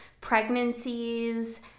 pregnancies